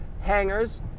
hangers